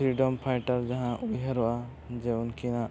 ᱡᱟᱦᱟᱸ ᱩᱭᱦᱟᱹᱨᱚᱜᱼᱟ ᱡᱮ ᱩᱱᱠᱤᱱᱟᱜ